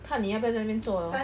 看你要不要在那边做 lor